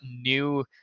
new